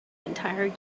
entire